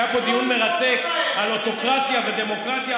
היה פה דיון מרתק על אוטוקרטיה ודמוקרטיה,